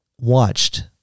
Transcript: watched